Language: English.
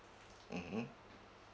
mmhmm